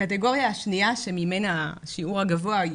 הקטגוריה השניה שממנה השיעור הגבוה,